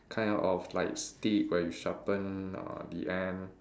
kind of like stick where you sharpen uh the end